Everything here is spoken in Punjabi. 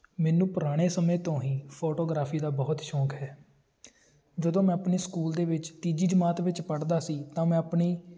ਮੈਨੂੰ ਪੁਰਾਣੇ ਸਮੇਂ ਤੋਂ ਹੀ ਫੋਟੋਗ੍ਰਾਫੀ ਦਾ ਬਹੁਤ ਸ਼ੌਂਕ ਹੈ ਜਦੋਂ ਮੈਂ ਆਪਣੇ ਸਕੂਲ ਦੇ ਵਿੱਚ ਤੀਜੀ ਜਮਾਤ ਵਿੱਚ ਪੜ੍ਹਦਾ ਸੀ ਤਾਂ ਮੈਂ ਆਪਣੀ